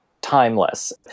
timeless